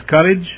courage